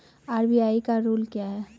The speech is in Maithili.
आर.बी.आई का रुल क्या हैं?